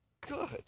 good